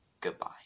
Goodbye